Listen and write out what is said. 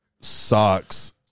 socks